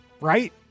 right